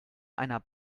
einer